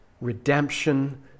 Redemption